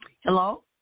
Hello